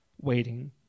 waiting